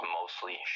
mostly